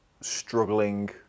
struggling